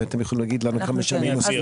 אתם יכולים להגיד לנו כמה שמאים עוסקים בזה?